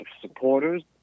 supporters